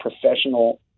professional